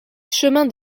chemin